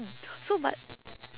so but